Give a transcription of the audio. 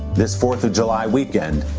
this fourth of july weekend,